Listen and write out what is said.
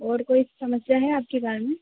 और कोई समस्या है आपकी कार में